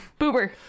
boober